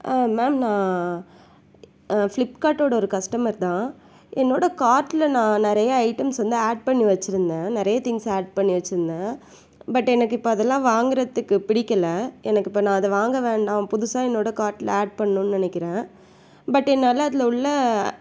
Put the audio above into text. ma'am நான் ஃபிளிப்கார்ட்டோட ஒரு கஸ்டமர் தான் என்னோட கார்ட்டில் நான் நிறைய ஐட்டம்ஸ் வந்து ஆட் பண்ணி வச்சுருந்தேன் நிறைய திங்ஸ் ஆட் பண்ணி வச்சுருந்தேன் பட் எனக்கு இப்போ அதெலாம் வாங்குறத்துக்கு பிடிக்கல எனக்கு இப்போ நான் அதை வாங்க வேண்டாம் புதுசாக என்னோட கார்ட்டில் ஆட் பண்ணும்னு நினக்கிறேன் பட் என்னால் அதில் உள்ள